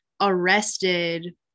arrested